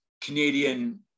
Canadian